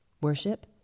worship